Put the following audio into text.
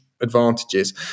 advantages